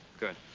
good.